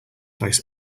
this